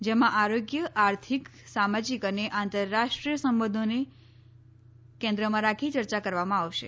જેમાં આરોગ્ય આર્થિક સામાજીક અને આંતરરાષ્ટ્રીય સંબંધોને કેન્દ્રમાં રાખી ચર્ચા કરવામાં આવશે